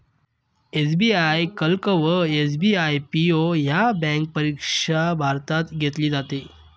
SBI clerk व SBI PO ह्या bank परीक्षा भारतात घेतली जाते